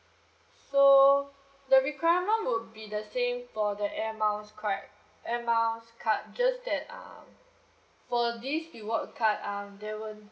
so the requirement would be the same for the air miles card air miles card just that uh for this reward card um there won't